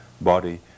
body